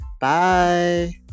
Bye